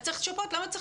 צריך לשפות על זה.